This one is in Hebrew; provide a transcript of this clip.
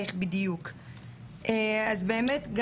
קשה לאנשים לזהות את זה כקורבנות של אלימות,